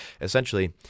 essentially